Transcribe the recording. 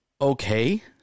okay